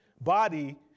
body